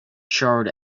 charred